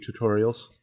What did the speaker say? tutorials